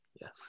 yes